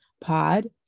pod